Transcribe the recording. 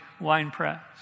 winepress